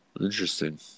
Interesting